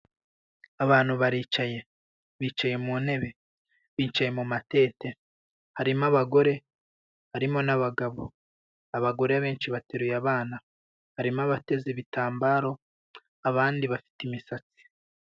Abantu baricaye, bicaye mu ntebe, bicaye mu matete, harimo abagore, harimo n'abagabo, abagore benshi bateruye abana barimo abateze ibitambaro abandi bafite imisatsi.